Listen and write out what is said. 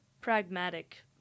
pragmatic